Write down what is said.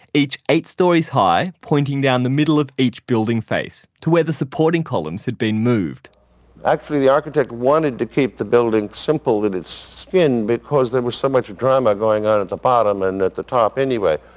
each eight stories high, pointing down the middle of each building face to where the supporting columns had been moved actually the architect wanted to keep the building simple at its skin because there was so much drama going on at the bottom and at the top anyway.